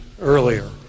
earlier